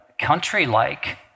country-like